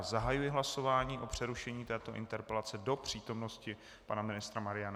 Zahajuji hlasování o přerušení této interpelace do přítomnosti pana ministra Mariana Jurečky.